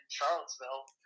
Charlottesville